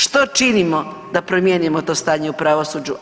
Što činimo da promijenimo to stanje u pravosuđu?